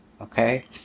Okay